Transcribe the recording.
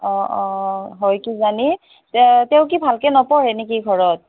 অঁ অঁ হয় কিজানি তেওঁ কি ভালকৈ নপঢ়ে নিকি ঘৰত